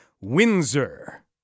Windsor